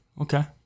Okay